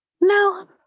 no